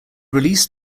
released